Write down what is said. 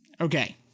Okay